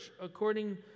according